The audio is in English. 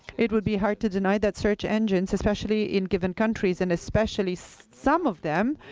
it would be hard to deny that search engines, especially in given countries, and especially some of them,